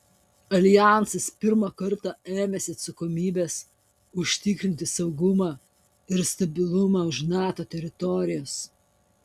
aljansas pirmą kartą ėmėsi atsakomybės užtikrinti saugumą ir stabilumą už nato teritorijos